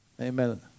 Amen